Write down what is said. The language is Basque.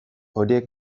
horiek